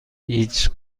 هیچ